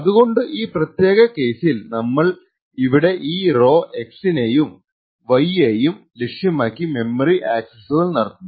അതുകൊണ്ടു ഈ പ്രത്യാക കേസിൽ നമ്മൾ ഇവിടെ ഈ റൊ X നെയും Y യേയും ലക്ഷ്യമാക്കി മെമ്മറി ആക്സസ്സുകൾ നടത്തുന്നു